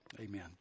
amen